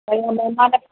कल्ह महिमान